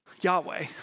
Yahweh